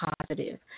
positive